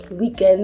week-end